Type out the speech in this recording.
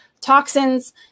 toxins